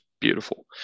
beautiful